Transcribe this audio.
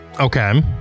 Okay